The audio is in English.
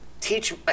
teach